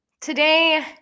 today